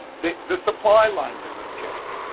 the the supply lines are going to change.